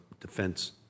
defense